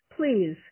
please